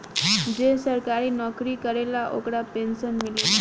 जे सरकारी नौकरी करेला ओकरा पेंशन मिलेला